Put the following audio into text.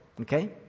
okay